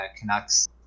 Canucks